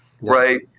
Right